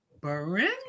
Brenda